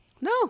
No